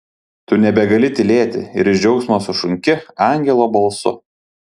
tu nebegali tylėti ir iš džiaugsmo sušunki angelo balsu